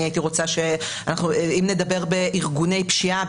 אם נדבר בארגוני פשיעה,